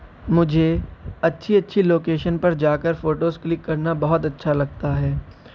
مجھے اچھی اچھی لوکیشن پر جا کے فوٹوز کلک کرنا بہت اچھا لگتا ہے